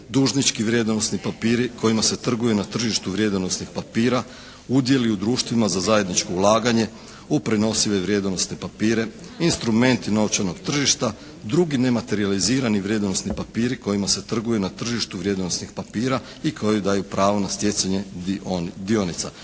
dužnički vrijednosni papiri kojima se trguje na tržištu vrijednosnih papira, udjeli u društvima za zajedničko ulaganje u prenosive vrijednosne papire, instrumenti novčanog tržišta, drugi nematerijalizirani vrijednosni papiri kojima se trguje na tržištu vrijednosnih papira i koji daju pravo na stjecanje dionica.